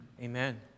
Amen